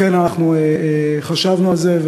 לכן אנחנו חשבנו על זה,